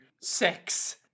sex